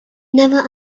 never